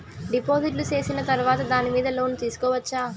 డిపాజిట్లు సేసిన తర్వాత దాని మీద లోను తీసుకోవచ్చా?